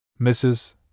Mrs